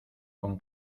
con